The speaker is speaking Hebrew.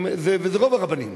וזה רוב הרבנים,